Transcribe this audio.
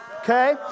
okay